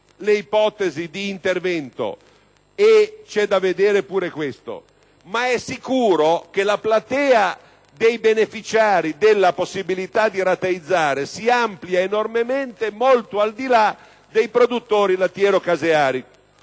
l'ipotesi di intervento - e c'è da vedere pure su questo punto - ma è sicuro che la platea dei beneficiari della possibilità di rateizzare si amplia enormemente, andando molto al di là dei produttori lattiero-caseari.